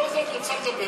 כל הזמן את רוצה לדבר,